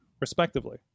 respectively